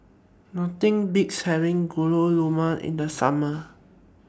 Nothing Beats having Gulab Jamun in The Summer